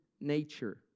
nature